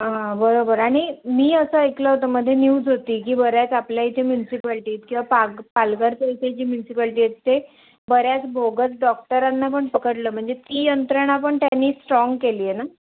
हां बरोबर आणि मी असं ऐकलं होतं मध्ये न्यूज होती की बऱ्याच आपल्या इथे म्युन्सिपॅल्टीत किंवा पाग पालघरच्या इथे जी म्युन्सिपल्टी तिथे बऱ्याच भोगस डॉक्टरांना पण पकडलं म्हणजे ती यंत्रणा पण त्यांनी स्ट्राँग केली आहे ना